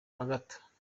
agatha